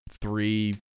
three